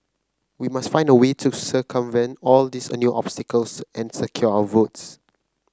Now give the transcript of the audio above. we must find a way to circumvent all these a new obstacles and secure our votes